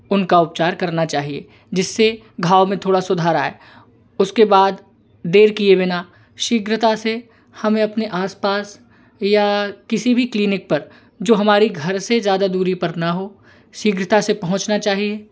उनका उपचार करना चाहिए जिससे घाव में थोड़ा सुधार आए उसके बाद देर किए बिना शीघ्रता से हमें अपने आसपास या किसी भी क्लिनिक पर जो हमारी घर से ज्यादा दूरी पर ना हो शीघ्रता से पहुँचना चाहिए